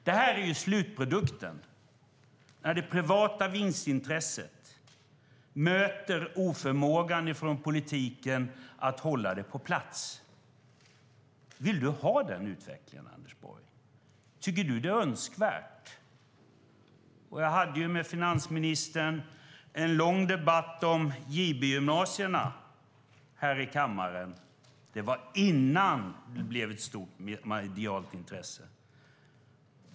Det här är slutprodukten när det privata vinstintresset möter politikens oförmåga att hålla det på plats. Vill du ha den utvecklingen, Anders Borg? Tycker du att det är önskvärt? Jag hade ju en lång debatt om JB-gymnasierna med finansministern här i kammaren. Det var innan det blev ett stort medialt intresse.